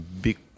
big